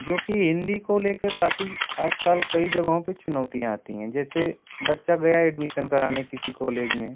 जो कि हिन्दी को लेकर काफ़ी आज काल कई जगहों पर चुनौतियाँ आती हैं जैसे बच्चा गया एडमीसन कराने किसी कोलेज में